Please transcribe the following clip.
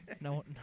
No